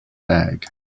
bag